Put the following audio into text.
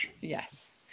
Yes